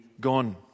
gone